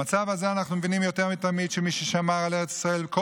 במצב הזה אנחנו מבינים יותר מתמיד שמי ששמר על ארץ ישראל כל